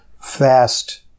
fast